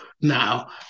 now